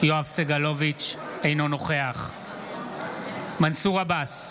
סגלוביץ' אינו נוכח מנסור עבאס,